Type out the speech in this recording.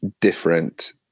different